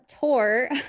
tour